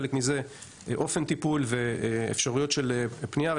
חלק מזה אופן טיפול ואפשרויות של פנייה,